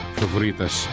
favoritas